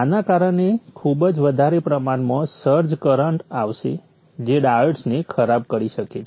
આના કારણે ખૂબ જ વધારે પ્રમાણમાં સર્જ કરન્ટ આવશે જે ડાયોડ્સને ખરાબ બ્લો ઓફ કરી શકે છે